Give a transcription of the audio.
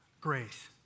grace